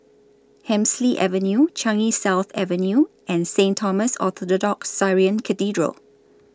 Hemsley Avenue Changi South Avenue and Saint Thomas Orthodox Syrian Cathedral